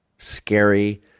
Scary